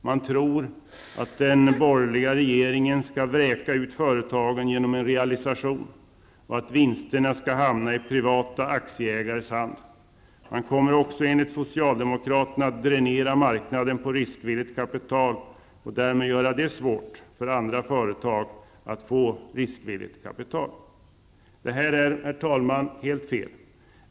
Man tror att den borgerliga regeringen skall vräka ut företagen genom en realisation och att vinsterna skall hamna i privata aktieägares hand. Man kommer också enligt socialdemokraterna att dränera marknaden på riskvilligt kapital och därmed göra det svårt för andra företag att få riskvilligt kapital. Det här är, herr talman, helt fel.